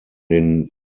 den